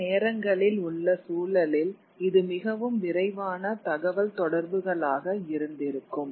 அந்த நேரங்களில் உள்ள சூழலில் இது மிகவும் விரைவான தகவல்தொடர்புகளாக இருந்திருக்கும்